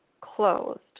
closed